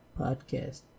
podcast